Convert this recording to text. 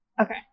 Okay